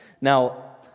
Now